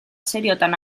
seriotan